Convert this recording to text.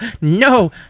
no